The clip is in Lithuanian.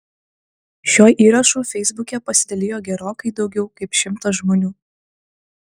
šiuo įrašu feisbuke pasidalijo gerokai daugiau kaip šimtas žmonių